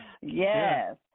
Yes